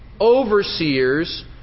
overseers